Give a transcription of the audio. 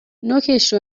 نوکش